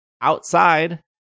outside